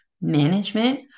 management